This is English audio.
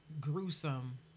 gruesome